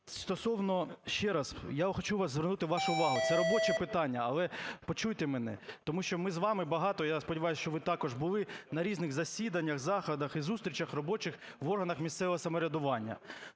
Ще раз, я хочу звернути вашу увагу, це робоче питання, але почуйте мене, тому що ми з вами багато – я сподіваюся, що ви також – були на різних засіданнях, заходах і зустрічах робочих в органах місцевого самоврядування.